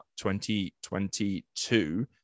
2022